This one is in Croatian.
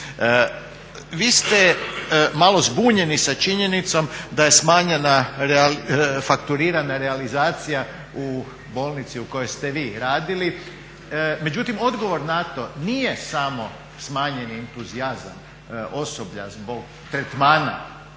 Vi ste malo zbunjeni sa činjenicom da je smanjena fakturirana realizacija u bolnici u kojoj ste vi radili. Međutim, odgovor na to nije samo smanjeni entuzijazam osoblja zbog tretmana,